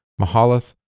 Mahalath